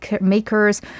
makers